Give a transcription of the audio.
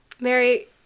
Mary